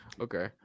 Okay